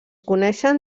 coneixen